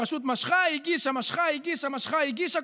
הרשות משכה, הגישה, משכה, הגישה, משכה, הגישה.